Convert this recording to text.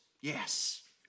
Yes